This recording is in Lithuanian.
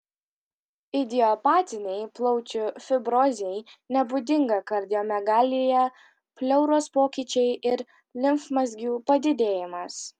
idiopatinei plaučių fibrozei nebūdinga kardiomegalija pleuros pokyčiai ir limfmazgių padidėjimas